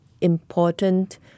important